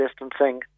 distancing